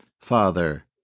Father